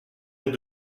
les